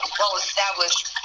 well-established